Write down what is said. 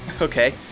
Okay